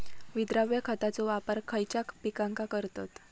विद्राव्य खताचो वापर खयच्या पिकांका करतत?